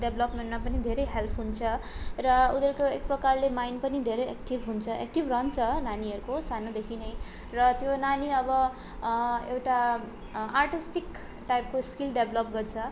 डेभलपमेन्टमा पनि धेरै हेल्प हुन्छ र उनीहरूको एक प्रकारले माइन्ड पनि धेरै एक्टिभ हुन्छ एक्टिभ रहन्छ नानीहरको सानोदेखि नै र त्यो नानी अब एउटा आर्टिस्टिक टाइपको स्किल डेभलप गर्छ